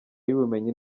y’ubumenyi